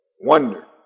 Wonder